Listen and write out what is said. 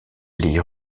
les